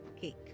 cake